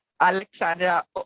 Alexandra